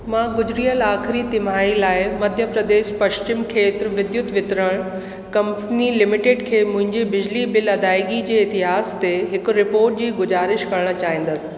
मां गुजरियल आख़िरी तिमाही लाइ मध्य प्रदेश पश्चिम खेत्र विद्युत वितरण कंपनी लिमिटेड खे मुंहिंजे बिजली बिल अदायगी जे इतिहास ते हिकु रिपोट जी गुज़ारिश करणु चाहींदसि